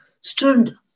stood